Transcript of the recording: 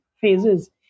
phases